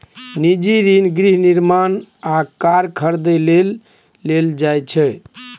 निजी ऋण गृह निर्माण आ कार खरीदै लेल लेल जाइ छै